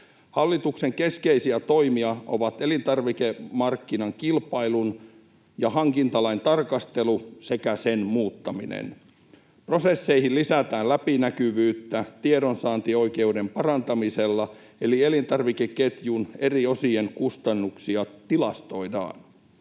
Hallituksen keskeisiä toimia ovat elintarvikemarkkinan kilpailun ja hankintalain tarkastelu sekä sen muuttaminen. Prosesseihin lisätään läpinäkyvyyttä tiedonsaantioikeuden parantamisella, eli elintarvikeketjun eri osien kustannuksia tilastoidaan.